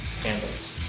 handles